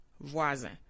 Voisin